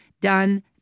done